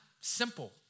simple